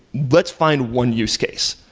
let's find one use case.